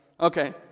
Okay